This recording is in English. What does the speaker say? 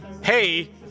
Hey